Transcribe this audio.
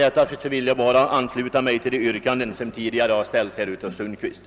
Jag vill ansluta mig till de yrkanden, som tidigare ställts av herr Sundkvist.